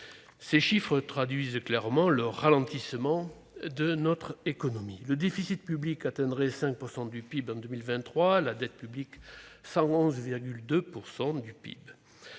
Ces chiffres traduisent clairement le ralentissement de notre économie. Le déficit public atteindrait 5 % du PIB en 2023 et la dette publique 111,2 % du PIB.